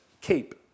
keep